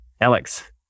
Alex